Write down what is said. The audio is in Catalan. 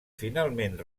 finalment